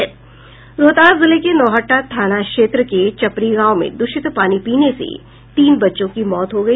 रोहतास जिले के नौहट्टा थाना क्षेत्र के चपरी गांव में दूषित पानी पीने से तीन बच्चों की मौत हो गई